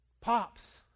Pops